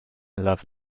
love